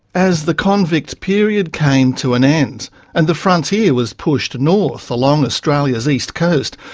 as the convict period came to an end and the frontier was pushed north along australia's east coast,